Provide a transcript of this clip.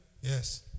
Yes